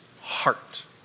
heart